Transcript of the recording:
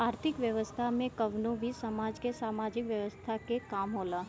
आर्थिक व्यवस्था में कवनो भी समाज के सामाजिक व्यवस्था के काम होला